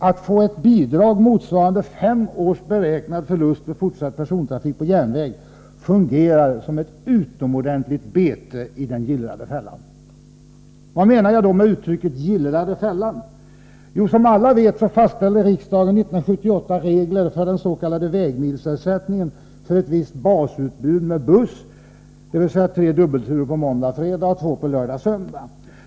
Att få ett bidrag motsvarande fem års beräknad förlust vid fortsatt persontrafik på järnväg fungerar som ett utomordentligt ”bete” i den gillrade fällan. Vad menar jag då med uttrycket ”den gillrade fällan”? Jo, som alla vet fastställde riksdagen 1978 regler för s.k. vägmilersättning för ett visst basutbud av bussturer, dvs. tre dubbelturer måndag-fredag och två dubbelturer lördag-söndag.